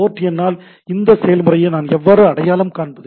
board எண்ணால் இந்த செயல்முறையை நான் எவ்வாறு அடையாளம் காண்பது